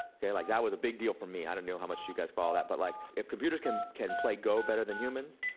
like that was a big deal for me, i don't know how much you guys follow that but like if computers can can play go better than humans,